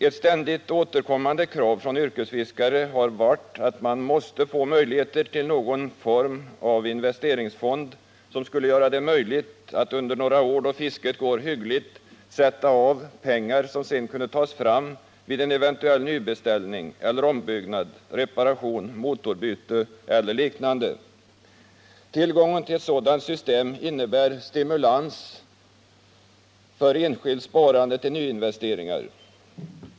Ett ständigt återkommande krav från yrkesfiskare har varit att de måste få möjlighet till någon form av investeringsfond för att göra det möjligt att under några år, då fisket går hyggligt, avsätta pengar för eventuell nybeställning, ombyggnad, reparation, motorbyte eller liknande. Tillgången till ett sådant system innebär stimulans för enskilt sparande till nyinvesteringar.